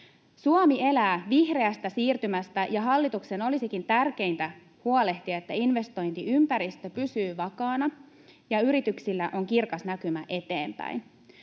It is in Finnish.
Suomi elää vihreästä siirtymästä, ja hallituksen olisikin tärkeintä huolehtia, että investointiympäristö pysyy vakaana ja yrityksillä on kirkas näkymä eteenpäin.